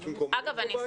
אין בעיה.